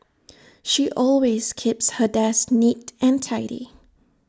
she always keeps her desk neat and tidy